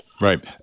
Right